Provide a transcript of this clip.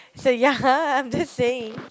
so ya I'm just saying